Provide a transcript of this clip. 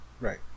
Right